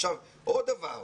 עוד דבר,